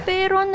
Pero